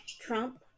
Trump